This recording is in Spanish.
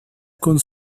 con